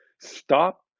stop